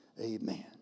Amen